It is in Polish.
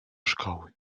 szkoły